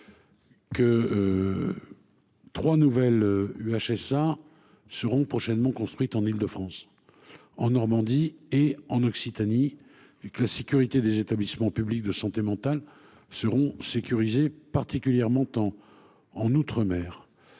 que trois nouvelles UHSA seront prochainement construites en Île-de-France, en Normandie et en Occitanie, et que les établissements publics de santé mentale seront sécurisés, particulièrement en outre-mer.